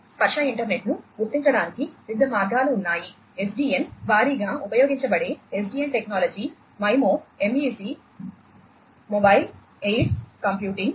స్పర్శ ఇంటర్నెట్ను గుర్తించడానికి వివిధ మార్గాలు ఉన్నాయి SDN భారీగా ఉపయోగించబడే SDN technology MIMO MEC mobile edge computing